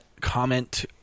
comment